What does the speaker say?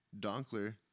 Donkler